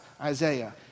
Isaiah